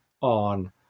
on